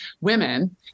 women